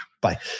Bye